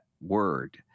word